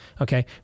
Okay